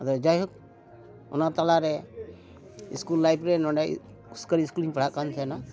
ᱟᱫᱚ ᱡᱟᱭᱦᱳᱠ ᱚᱱᱟ ᱛᱟᱞᱟᱨᱮ ᱥᱠᱩᱞ ᱞᱟᱭᱤᱯᱷ ᱨᱮ ᱱᱚᱸᱰᱮ ᱠᱷᱩᱥᱠᱟᱨᱤ ᱥᱠᱩᱞᱤᱧ ᱯᱟᱲᱦᱟᱜ ᱠᱟᱱ ᱛᱟᱦᱮᱱᱟ